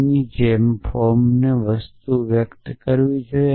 ની જેમ ફોર્મમાં વસ્તુઓ વ્યક્ત કરવી જોઈએ